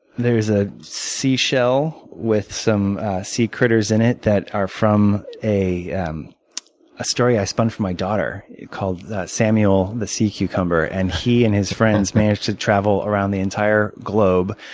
there's a seashell with some sea critters in it that are from a um a story i spun for my daughter called samuel the sea cucumber. and he and his friends managed to travel around the entire globe